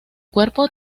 cuerpo